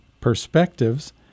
Perspectives